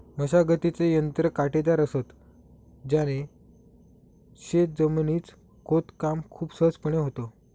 मशागतीचे यंत्र काटेदार असत, त्याने शेत जमिनीच खोदकाम खूप सहजपणे होतं